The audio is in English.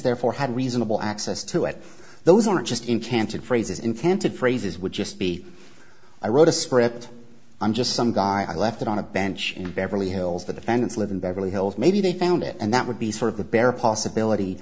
therefore had reasonable access to it those aren't just in canton phrases in canted phrases would just be i wrote a script i'm just some guy i left it on a bench in beverly hills the defendants live in beverly hills maybe they found it and that would be sort of the bare possibility